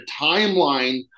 timeline